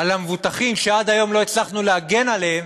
על המבוטחים שעד היום לא הצלחנו להגן עליהם,